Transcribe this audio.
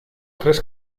tres